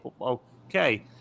okay